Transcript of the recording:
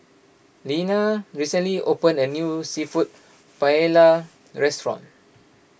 Linnea recently opened a new Seafood Paella restaurant